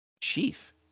Chief